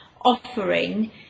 offering